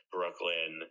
Brooklyn